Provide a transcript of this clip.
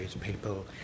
people